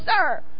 sir